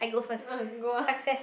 go ah